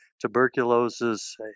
tuberculosis